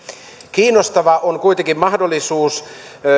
kiinnostava on kuitenkin mahdollisuus